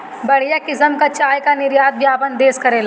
बढ़िया किसिम कअ चाय कअ निर्यात भी आपन देस करेला